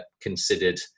considered